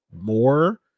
more